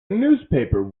newspaper